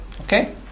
okay